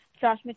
Josh